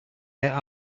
air